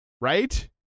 right